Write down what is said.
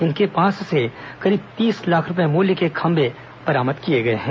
इनके पास से करीब तीस लाख रूपये मूल्य के खंभे बरामद किए गए हैं